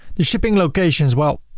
the shipping locations, well,